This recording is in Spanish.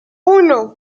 uno